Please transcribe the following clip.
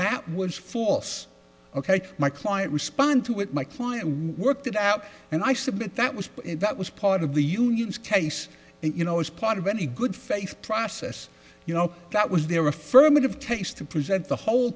that was false ok my client respond to it my client worked it out and i submit that was that was part of the union's case and you know as part of any good face process you know that was there affirmative case to present the whole